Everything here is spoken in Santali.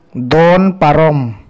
ᱫᱚᱱ ᱯᱟᱨᱚᱢ